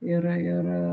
ir ir